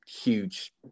huge